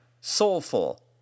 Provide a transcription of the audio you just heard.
soulful